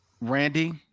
Randy